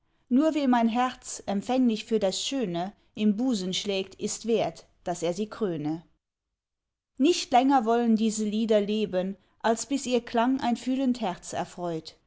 nur wem ein herz empfänglich für das schöne im busen schlägt ist wert dass er sie kröne nicht länger wollen diese lieder leben als bis ihr klang ein fühlend herz erfreut